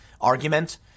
argument